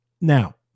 Now